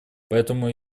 поэтому